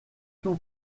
tout